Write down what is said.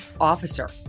officer